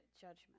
judgment